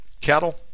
cattle